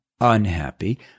unhappy